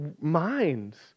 minds